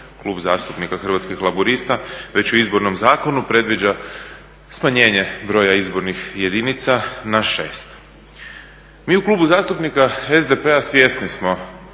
Klub zastupnika Hrvatskih laburista već u Izbornom zakonu predviđa smanjenje broja izbornih jedinica na 6. Mi u Klubu zastupnika SDP-a svjesni smo